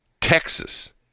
Texas